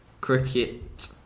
Cricket